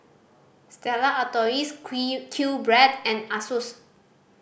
Stella Artois QBread and Asus